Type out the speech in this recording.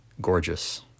gorgeous